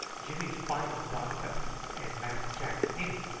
jimmy fine a doctor an mass jack penny.